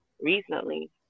recently